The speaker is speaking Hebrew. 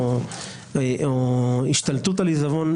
או של השתלטות על עיזבון,